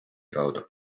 kaudu